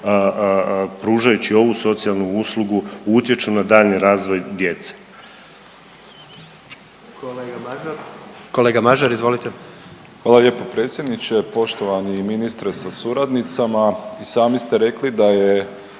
pružajući ovu socijalnu uslugu utječu na daljnji razvoj djece.